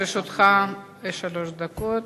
לרשותך שלוש דקות.